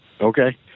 okay